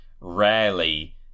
rarely